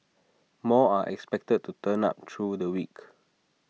more are expected to turn up through the week